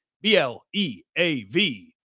B-L-E-A-V